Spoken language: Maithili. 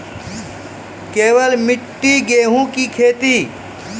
केवल मिट्टी गेहूँ की खेती?